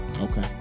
Okay